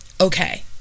okay